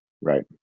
right